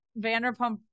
Vanderpump